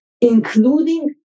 including